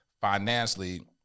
financially